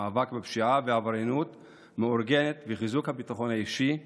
המאבק בפשיעה ובעבריינות מאורגנת וחיזוק הביטחון האישי והקהילתי.